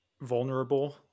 vulnerable